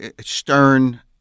Stern